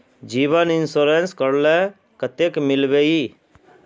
जीवन इंश्योरेंस करले कतेक मिलबे ई?